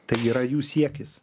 tai yra jų siekis